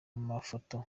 mafoto